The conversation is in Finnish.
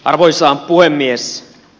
arvoisa puhemies